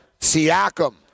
Siakam